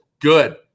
Good